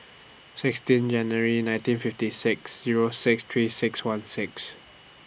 sixteen January nineteen fifty six Zero six three six one six